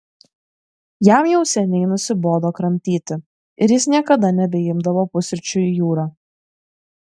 jam jau seniai nusibodo kramtyti ir jis niekada nebeimdavo pusryčių į jūrą